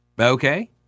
okay